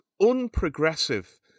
unprogressive